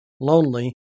lonely